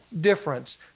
difference